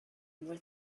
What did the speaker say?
with